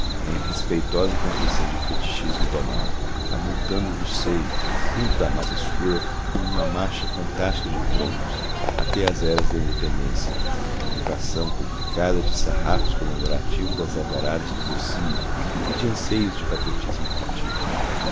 em respeitosa contrição de fetichismo domado avultando do seio do fundo da mata escura como uma marcha fantástica de troncos até às eras da independência evocação complicada de sarrafos comemorativos das alvoradas do rocio e de anseios de patriotismo infantil